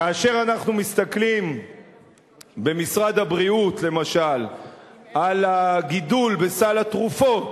כאשר אנחנו מסתכלים במשרד הבריאות למשל על הגידול בסל התרופות,